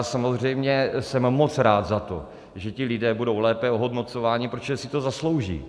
Samozřejmě jsem moc rád za to, že ti lidé budou lépe ohodnocováni, protože si to zaslouží.